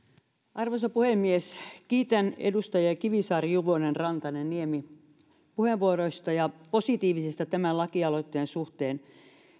arvoisa puhemies kiitän edustajia kivisaari juvonen rantanen ja niemi puheenvuoroista ja positiivisuudesta tämän lakialoitteen suhteen